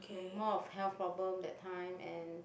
um more of health problem that time and